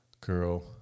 girl